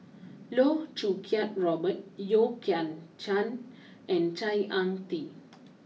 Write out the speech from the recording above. Loh Choo Kiat Robert Yeo Kian Chai and Ang Ah Tee